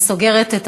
אני סוגרת את